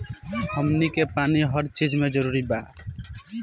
हमनी के पानी हर चिज मे जरूरी बा